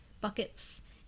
buckets